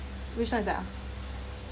which one is that ah